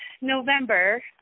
November